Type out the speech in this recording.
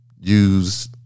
use